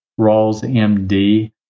RawlsMD